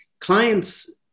clients